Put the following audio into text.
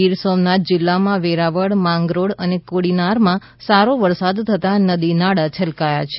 ગિરસોમનાથ જીલ્લામાં વેરાવળ માંગરોળ અને કોડીનારમાં સારો વરસાદ થતાં નદી નાળા છલકાયાં છે